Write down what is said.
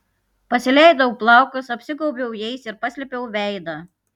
pasileidau plaukus apsigaubiau jais ir paslėpiau veidą